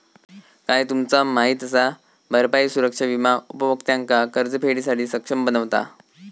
काय तुमचा माहित असा? भरपाई सुरक्षा विमा उपभोक्त्यांका कर्जफेडीसाठी सक्षम बनवता